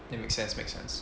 that make sense make sense